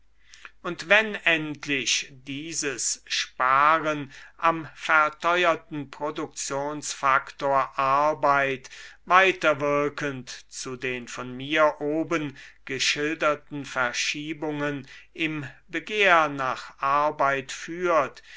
und wenn endlich dieses sparen am verteuerten produktionsfaktor arbeit weiterwirkend zu den von mir oben geschilderten verschiebungen im begehr nach arbeit führt